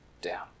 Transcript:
down